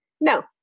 No